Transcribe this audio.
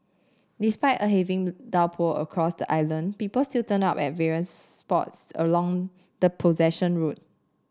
despite a heavy downpour across the island people still turned up at various spots along the procession route